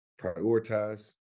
prioritize